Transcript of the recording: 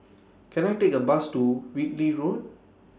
Can I Take A Bus to Whitley Road